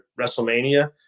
WrestleMania